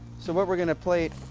so what we're going to plate,